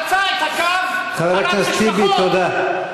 הלך, חצה את הקו, חבר הכנסת טיבי, תודה.